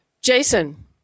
Jason